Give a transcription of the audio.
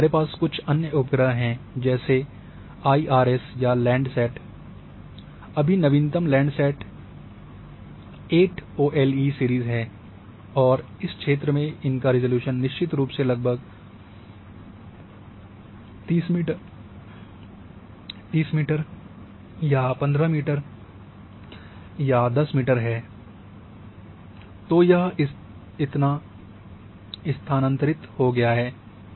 और फिर हमारे पास कुछ अन्य उपग्रह हैं जैसे आईआरएस या लैंडसैट अभी नवीनतम लैंडसैट एट ओएलई सीरीज़ है और इस क्षेत्र में इनका रिज़ॉल्यूशन निश्चित रूप से लगभग 30 मीटर या 15 मीटर या 10 मीटर है तो यह इतना स्थानांतरित हो गया है